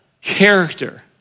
character